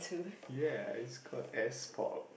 ya its called S-Pop